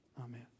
amen